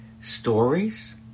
stories